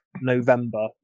November